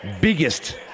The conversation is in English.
biggest